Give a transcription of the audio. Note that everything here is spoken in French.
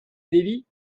delhi